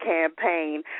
campaign